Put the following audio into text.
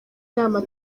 inama